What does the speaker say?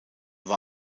war